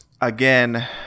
again